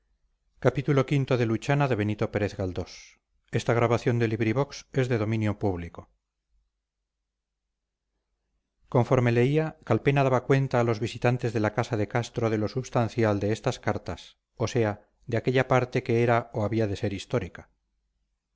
conforme leía calpena daba cuenta a los visitantes de la casa de castro de lo substancial de estas cartas o sea de aquella parte que era o había de ser histórica